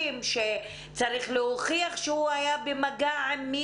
כל מי שזכאי לדמי אבטלה בעצם מפקשש את הזכאות